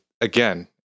again